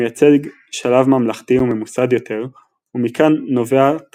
מייצג שלב ממלכתי וממוסד יותר, ומכאן נובעת